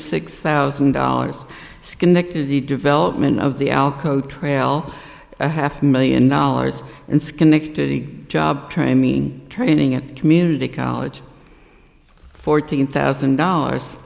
six thousand dollars schenectady development of the alko trail a half million dollars in schenectady job training mean training at community college fourteen thousand dollars